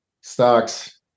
stocks